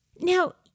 Now